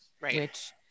right